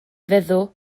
feddw